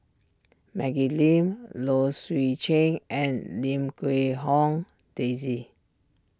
Maggie Lim Low Swee Chen and Lim Quee Hong Daisy